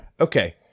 okay